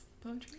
poetry